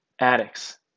addicts